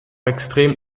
extrem